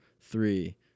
three